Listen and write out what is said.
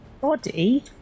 Body